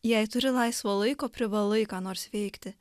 jei turi laisvo laiko privalai ką nors veikti